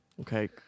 Okay